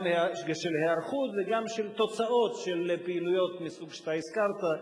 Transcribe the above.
גם של היערכות וגם של תוצאות של פעילויות מהסוג שאתה הזכרת.